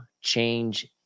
change